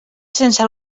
sense